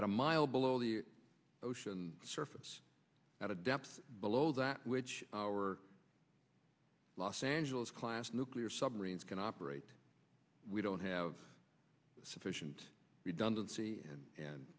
it's a mile below the ocean surface at a depth below that which our los angeles class nuclear submarines can operate we don't have sufficient redundancy and